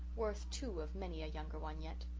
worth two of many a younger one yet.